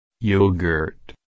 Yogurt